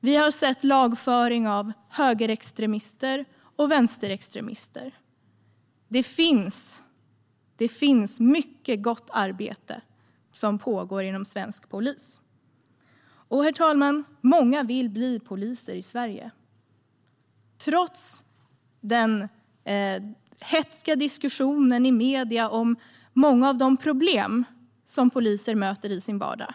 Vi har sett lagföring av högerextremister och vänsterextremister. Det pågår mycket gott arbete inom svensk polis. Herr talman! Många vill bli poliser i Sverige, trots den hätska diskussionen i medierna om många av de problem som poliser möter i sin vardag.